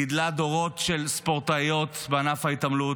גידלה דורות של ספורטאיות בענף ההתעמלות,